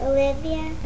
Olivia